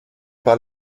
pas